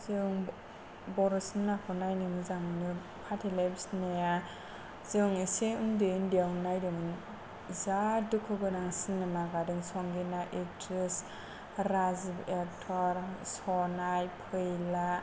जों बर' सिनेमा खौ नायनो मोजां मोनो फाथै लाइ बिसिनाया जों इसे उन्दै उन्दैयावनो नायदोंमोन जा दुखुगोनां सिनेमा गादों संगिना एक्ट्रिस राजिब एक्टर सनाइ फैला